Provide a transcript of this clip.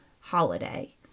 holiday